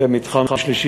ומתחם שלישי,